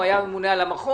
הוא היה הממונה על המחוז.